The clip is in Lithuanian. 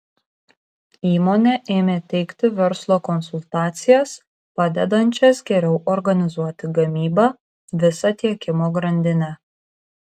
įmonė ėmė teikti verslo konsultacijas padedančias geriau organizuoti gamybą visą tiekimo grandinę